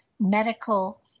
medical